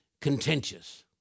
contentious